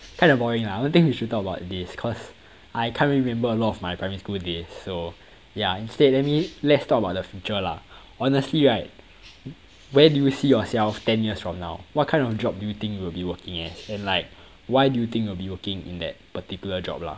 kinda boring lah I dont think you should talk about this cause I can't remember a lot of my primary school days so yeah instead let me let's talk about the future lah honestly right where do you see yourself ten years from now what kind of job do you think you will be working as and like why do you think you'll be working in that particular job lah